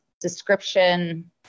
description